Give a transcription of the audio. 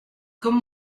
comme